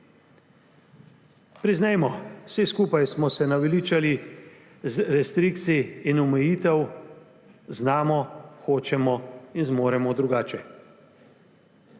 Priznajmo, vsi skupaj smo se naveličali restrikcij in omejitev, znamo, hočemo in zmoremo drugače.